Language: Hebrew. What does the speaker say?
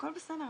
הכול בסדר,